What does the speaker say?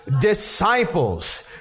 disciples